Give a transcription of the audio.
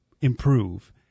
improve